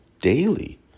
daily